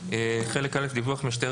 תוספת שישית (סעיף 10כא) חלק א': דיווח ממשטרת